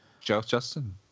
Justin